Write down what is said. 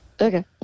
okay